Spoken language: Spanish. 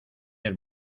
del